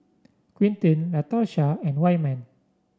Quinten Latarsha and Wyman